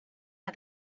are